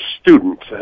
student